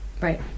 Right